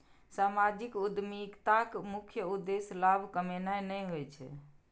सामाजिक उद्यमिताक मुख्य उद्देश्य लाभ कमेनाय नहि होइ छै